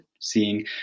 seeing